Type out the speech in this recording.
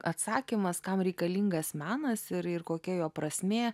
atsakymas kam reikalingas menas ir ir kokia jo prasmė